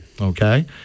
Okay